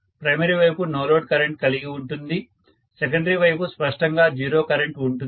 primary వైపు no load current కలిగి ఉంటుంది సెకండరీ వైపు స్పష్టంగా జీరో కరెంటు ఉంటుంది